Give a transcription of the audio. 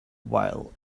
while